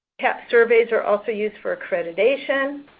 cahps surveys are also used for accreditation,